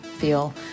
feel